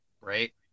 right